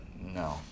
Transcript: no